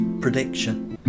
prediction